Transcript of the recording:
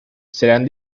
serán